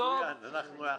מצוין, אנחנו ביחד.